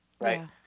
right